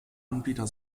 anbieter